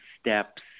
steps